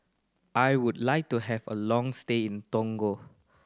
I would like to have a long stay in Togo